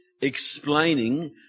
explaining